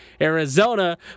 Arizona